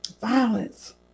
Violence